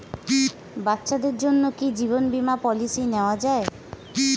বাচ্চাদের জন্য কি জীবন বীমা পলিসি নেওয়া যায়?